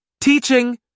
Teaching